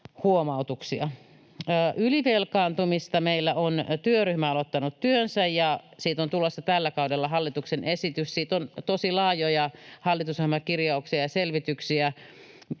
huomautuksia. Ylivelkaantumisesta meillä on työryhmä aloittanut työnsä, ja siitä on tulossa tällä kaudella hallituksen esitys. Siitä on tosi laajoja hallitusohjelmakirjauksia ja selvityksiä.